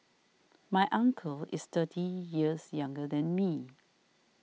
my uncle is thirty years younger than me